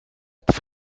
pâte